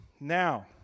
Now